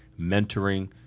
mentoring